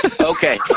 Okay